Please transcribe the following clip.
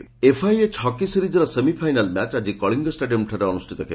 hockey FIH hockey ସିରିଜ୍ର semifinal match ଆଜି କଳିଙ୍ଗ ଷ୍ଟାଡିୟମ୍ଠାରେ ଅନୁଷ୍ଟିତ ହେବ